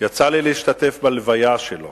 יצא לי להשתתף בהלוויה שלו